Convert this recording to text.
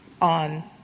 on